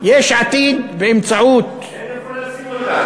יש עתיד באמצעות, אין איפה לשים אותם.